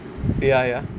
ya ya